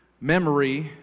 Memory